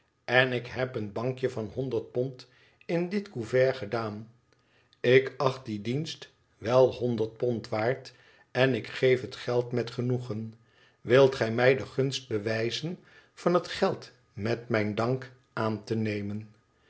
en ik heb een bankje van honderd pond in dit couvert gedaan ik acht dien dienst wel honderd pond waard en ik geef geld met genoegen wilt gij mij de gunst bewijzen van het geld met mijn dank aan te nemen